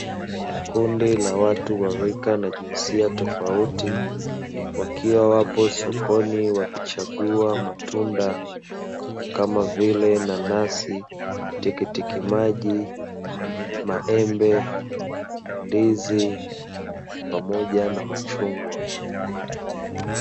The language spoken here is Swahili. Kundi la watu wa rika na jinsia tofauti, wakiwa wapo sokoni wakichagua matunda kama vile nanasi, tikitiki maji, maembe, ndizi pamoja na machungwa.